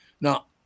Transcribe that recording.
Now